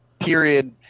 period